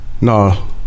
No